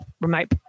remote